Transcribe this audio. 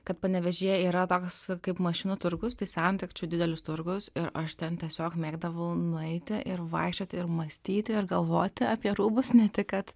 kad panevėžyje yra toks kaip mašinų turgus tai sendaikčių didelis turgus ir aš ten tiesiog mėgdavau nueiti ir vaikščioti ir mąstyti ir galvoti apie rūbus ne tik kad